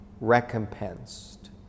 recompensed